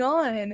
on